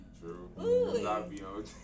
True